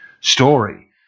story